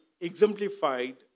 exemplified